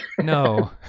No